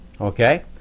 Okay